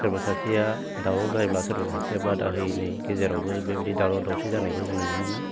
सोरबा सासेया दावराव जायोब्ला सोरबा सासेया बादा हैनाय गेजेरावबो बेबायदि दावराव दावसि जानायखौ जों नुनो मोनो